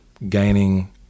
gaining